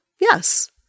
Yes